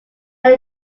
had